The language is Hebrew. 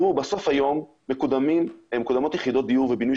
בסוף היום מקודמות יחידות דיור ובינוי